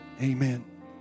amen